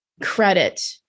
Credit